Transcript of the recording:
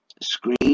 screen